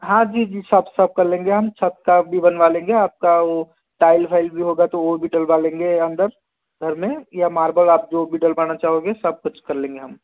हाँ जी जी सब सब कर लेंगे हम छत का भी बनवा लेंगे आप का वो टाइल वाइल भी होगा तो वो भी डलवा लेंगे अंदर घर में या मार्बल आप जो भी डलवाना चाहेनगे सब कुछ कर लेंगे हम